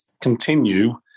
continue